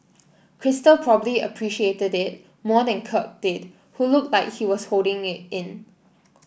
crystal probably appreciated it more than Kirk did who looked like he was holding it in